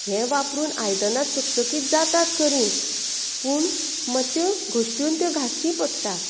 हें वापरून आयदनां चकचकीत जातात खरीं पूण मत्श्यो त्यो घशटून घांसच्यो पडटा